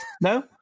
No